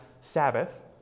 Sabbath